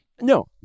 No